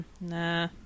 Nah